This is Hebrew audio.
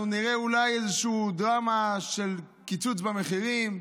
נראה איזושהי דרמה של קיצוץ במחירים.